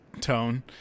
tone